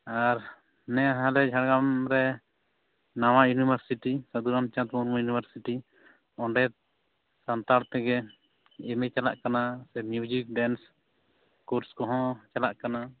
ᱟᱨ ᱱᱮ ᱦᱟᱞᱮ ᱡᱷᱟᱲᱜᱨᱟᱢ ᱨᱮ ᱱᱟᱣᱟ ᱤᱭᱩᱱᱤᱵᱷᱟᱨᱥᱤᱴᱤ ᱥᱟᱫᱷᱩᱨᱟᱢᱪᱟᱸᱫᱽ ᱢᱩᱨᱢᱩ ᱤᱭᱩᱱᱤᱵᱷᱟᱨᱥᱤᱴᱤ ᱚᱸᱰᱮ ᱥᱟᱱᱛᱟᱲ ᱛᱮᱜᱮ ᱮᱢᱹ ᱮᱹ ᱪᱟᱞᱟᱜ ᱠᱟᱱᱟ ᱢᱤᱭᱩᱡᱤᱠ ᱰᱮᱱᱥ ᱠᱳᱨᱥ ᱠᱚᱦᱚᱸ ᱪᱟᱞᱟᱜ ᱠᱟᱱᱟ